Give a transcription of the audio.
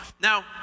Now